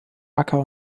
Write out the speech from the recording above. acker